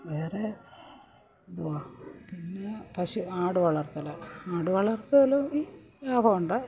വേറെ എന്തുവാ പിന്നെ പശു ആടുവളർത്തല് ആടുവളർത്തലും ലാഭമുണ്ട്